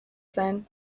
sein